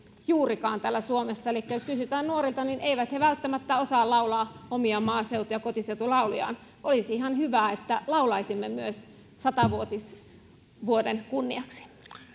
täällä suomessa elikkä jos kysytään nuorilta niin eivät he välttämättä osaa laulaa omia maaseutu ja kotiseutulaulujaan olisi ihan hyvä että laulaisimme myös sata vuotisvuoden kunniaksi